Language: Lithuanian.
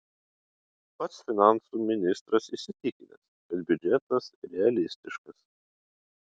pats finansų ministras įsitikinęs kad biudžetas realistiškas